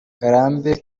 ngarambe